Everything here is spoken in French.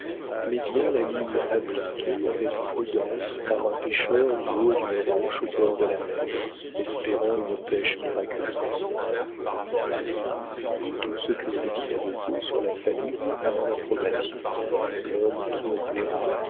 mais bien la ligne appliquée avec prudence par un pêcheur du haut d'une roche au bord de la mer espérant une pêche miraculeuse tout ce que vous dites de beau sur la famille a mon approbation l'homme qui me plaira